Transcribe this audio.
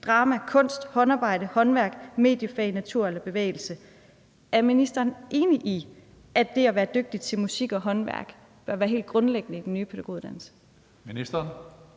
drama, kunst, håndarbejde, håndværk, mediefag, natur eller bevægelse. Er ministeren enig i, at det at være dygtig til musik og håndværk bør være helt grundlæggende i det nye pædagoguddannelse? Kl.